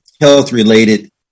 health-related